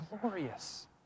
glorious